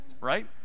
right